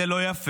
זה לא יפה.